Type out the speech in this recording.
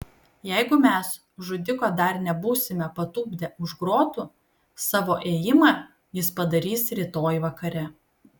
jeigu mes žudiko dar nebūsime patupdę už grotų savo ėjimą jis padarys rytoj vakare